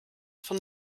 von